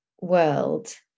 world